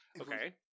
Okay